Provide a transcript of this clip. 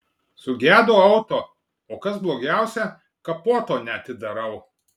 sugedo auto o kas blogiausia kapoto neatidarau